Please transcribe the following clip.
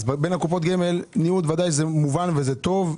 בין קופות הגמל ניוד זה מובן וטוב,